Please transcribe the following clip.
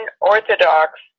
Orthodox